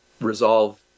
resolve